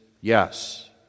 yes